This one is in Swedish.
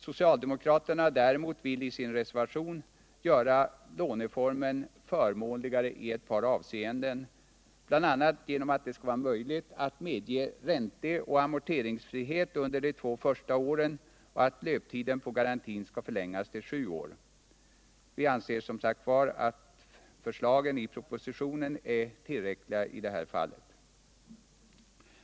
Socialdemokraterna vill i sin reservation göra låneformen förmånligare i ett par avseenden, bl.a. genom att det skall vara möjligt att medge ränteoch amorteringsfrihet under de två första åren samt att löptiden på garantin skall förlängas till sju år. Vi anser att förslagen i propositionen är tillräckliga i det här fallet.